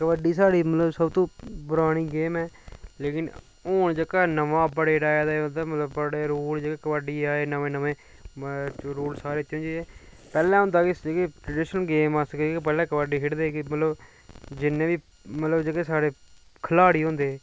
कबड्डी साढ़ी मतलब सबतूं परानी गेम ऐ लेकिन हून जेह्का नमां अपडेट आया मतलब बड़े रूल जेह्के कबड्डी आए नमें नमें मतलब रूल सार चेंज होई गे पैह्ले होंदे हे ट्रडिशनल गेम कबड्डी खेड़दे हे मतलब जिन्ने बी मतलव जेह्के साढ़े खलाड़ी होंदे हे